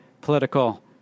political